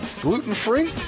Gluten-free